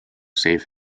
save